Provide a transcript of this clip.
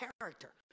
character